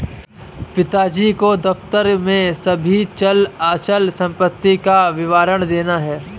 पिताजी को दफ्तर में सभी चल अचल संपत्ति का विवरण देना है